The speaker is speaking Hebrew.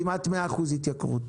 כמעט 100% התייקרות.